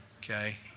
okay